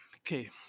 okay